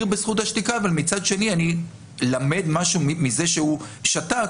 בזכות השתיקה אבל מצד שני אני למד משהו מזה שהוא שתק.